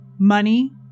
Money